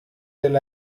del